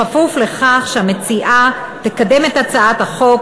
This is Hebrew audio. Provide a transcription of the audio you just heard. בכפוף לכך שהמציעה לא תקדם את הצעת החוק